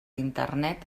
internet